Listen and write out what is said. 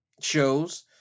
shows